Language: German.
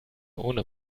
ohne